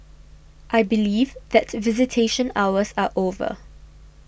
I believe that visitation hours are over